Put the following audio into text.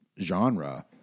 genre